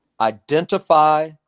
identify